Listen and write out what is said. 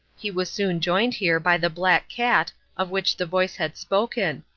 he was soon joined here by the black cat of which the voice had spoken,